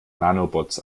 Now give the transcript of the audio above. nanobots